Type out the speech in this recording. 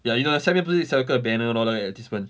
ya you know 下面不是有 sell 一个 banner lor 那个 advertisement